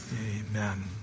amen